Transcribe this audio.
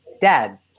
dad